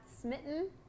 smitten